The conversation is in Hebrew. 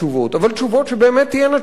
אבל תשובות שבאמת תהיינה תשובות.